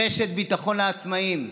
רשת ביטחון לעצמאים.